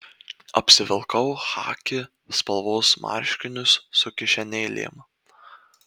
apsivilkau chaki spalvos marškinius su kišenėlėm